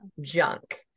junk